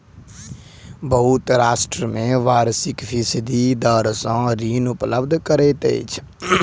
बहुत राष्ट्र में वार्षिक फीसदी दर सॅ ऋण उपलब्ध करैत अछि